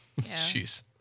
jeez